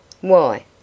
Why